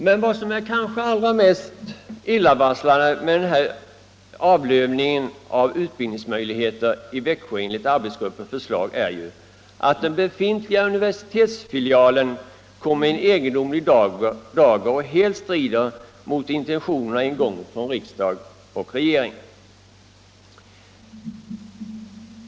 Men vad som är kanske allra mest illavarslande med den här avlövningen av utbildningsmöjligheter i Växjö enligt arbetsgruppens förslag är ju, att den befintliga universitetsfilialen kommer i en egendomlig dager som helt strider mot intentionerna en gång hos riksdag och regering.